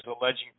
alleging